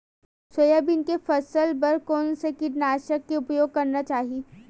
Soybean के फसल बर कोन से कीटनाशक के उपयोग करना चाहि?